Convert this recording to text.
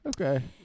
Okay